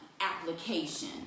application